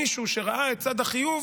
מישהו שראה את צד החיוב,